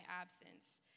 absence